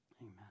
Amen